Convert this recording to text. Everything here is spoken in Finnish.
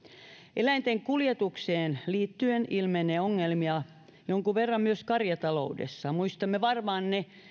eläinten kuljetukseen liittyen ilmenee ongelmia jonkin verran myös karjataloudessa muistamme varmaan ne